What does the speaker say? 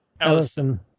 Ellison